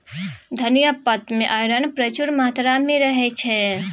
धनियाँ पात मे आइरन प्रचुर मात्रा मे रहय छै